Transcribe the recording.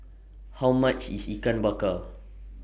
How much IS Ikan Bakar